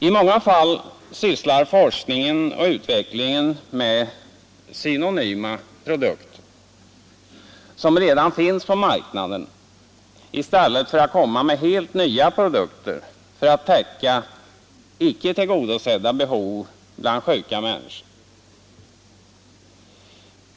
I många fall sysslar forskningen och utvecklingen med synonyma produkter, som redan finns på marknaden, i stället för att komma med helt nya produkter för att täcka icke tillgodosedda behov bland sjuka människor.